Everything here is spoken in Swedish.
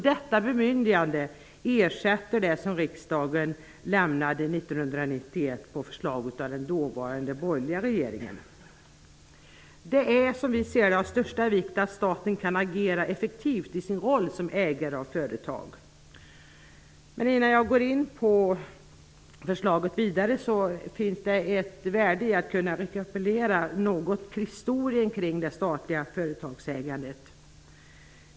Detta bemyndigande ersätter det som riksdagen lämnade 1991 på förslag av den dåvarande borgerliga regeringen. Det är, som vi ser det, av största vikt att staten kan agera effektivt i sin roll som ägare av företag. Innan jag går in ytterligare på förslaget vill jag rekapitulera något av historien kring det statliga företagsägandet.